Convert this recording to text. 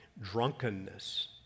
Drunkenness